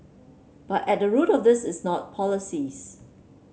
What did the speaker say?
but at the root of this is not policies